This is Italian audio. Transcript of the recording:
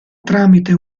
tramite